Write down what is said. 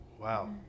Wow